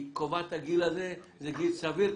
היא קובעת את הגיל הזה וזה גיל סביר,